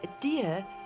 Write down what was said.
dear